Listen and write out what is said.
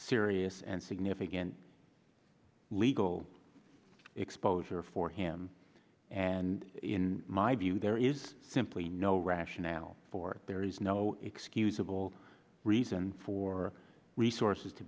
serious and significant legal exposure for him and in my view there is simply no rationale for there is no excusable reason for resources to